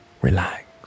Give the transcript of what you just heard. relax